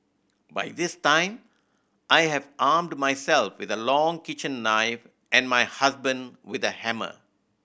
by this time I have armed myself with a long kitchen knife and my husband with a hammer